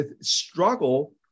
struggle